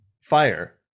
fire